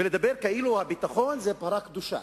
ולדבר כאילו הביטחון הוא פרה קדושה.